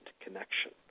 connection